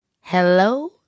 Hello